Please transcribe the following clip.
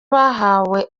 bahawe